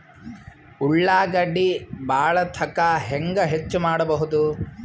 ಉಳ್ಳಾಗಡ್ಡಿ ಬಾಳಥಕಾ ಹೆಂಗ ಹೆಚ್ಚು ಮಾಡಬಹುದು?